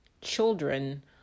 children